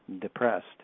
depressed